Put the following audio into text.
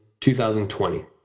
2020